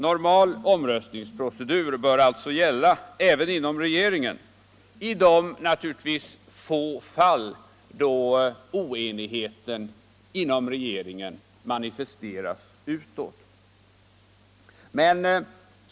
Normal omröstningsprocedur bör alltså gälla även inom regeringen i de — naturligtvis få — fall då oenigheten inom regeringen manifesteras utåt.